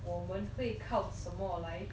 我们会靠什么来